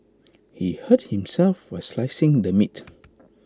he hurt himself while slicing the meat